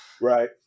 Right